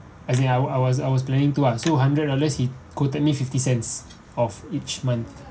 as in I was I was I was planning to sold one hundred unless he quoted me fifty cents of each month